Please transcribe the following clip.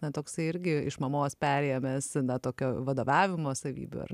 na toksai irgi iš mamos perėmęs tokio vadovavimo savybių ar